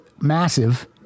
massive